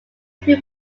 who